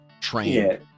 trained